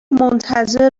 منتظر